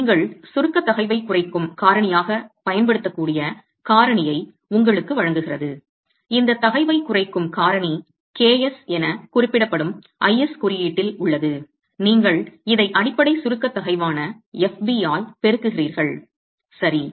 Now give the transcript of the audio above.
நீங்கள் சுருக்க தகைவைக் குறைக்கும் காரணியாகப் பயன்படுத்தக்கூடிய காரணியை உங்களுக்கு வழங்குகிறது இந்த தகைவைக் குறைக்கும் காரணி Ks என குறிப்பிடப்படும் IS குறியீட்டில் உள்ளது நீங்கள் இதை அடிப்படை சுருக்க தகைவான fb ஆல் பெருக்குகிறீர்கள் சரி